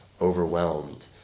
overwhelmed